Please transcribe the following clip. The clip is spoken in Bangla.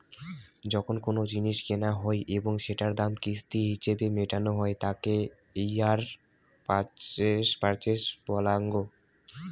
যখন কোনো জিনিস কেনা হই এবং সেটোর দাম কিস্তি হিছেবে মেটানো হই তাকে হাইয়ার পারচেস বলাঙ্গ